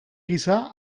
gisa